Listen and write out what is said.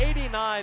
89